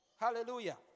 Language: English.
Hallelujah